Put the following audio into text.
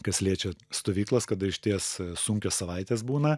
kas liečia stovyklas kada išties sunkios savaitės būna